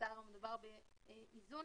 במאסר מדובר באיזון